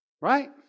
Right